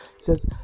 says